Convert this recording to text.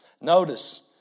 notice